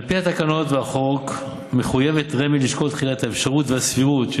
על פי התקנות והחוק מחויבת רמ"י לשקול תחילה את האפשרות והסבירות של